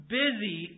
busy